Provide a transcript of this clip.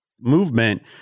movement